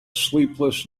sleepless